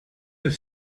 have